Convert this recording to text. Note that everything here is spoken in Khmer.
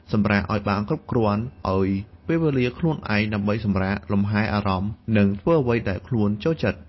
សម្រាកឲ្យបានគ្រប់គ្រាន់ ឲ្យពេលវេលាខ្លួនឯងដើម្បីសម្រាក លម្ហែអារម្មណ៍ និងធ្វើអ្វីដែលខ្លួនចូលចិត្ត។